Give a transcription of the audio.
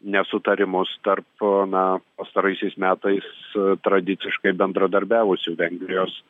nesutarimus tarp na pastaraisiais metais tradiciškai bendradarbiavusių vengrijos